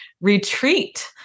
retreat